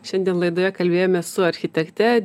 šiandien laidoje kalbėjome su architekte